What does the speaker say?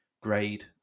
grade